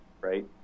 right